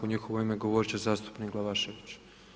U njihovo ime govorit će zastupnik Glavašević.